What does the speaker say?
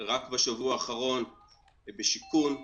רק בשבוע האחרון, בשיכון,